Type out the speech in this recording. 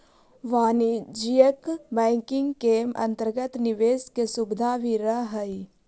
वाणिज्यिक बैंकिंग के अंतर्गत निवेश के सुविधा भी रहऽ हइ